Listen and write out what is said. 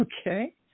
Okay